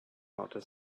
outer